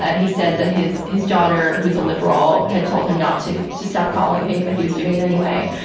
ah he said that his his daughter, who's a liberal, had told him not to to stop calling me, but he was doing it anyway.